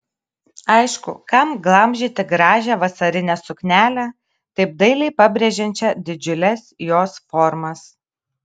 aišku kam glamžyti gražią vasarinę suknelę taip dailiai pabrėžiančią didžiules jos formas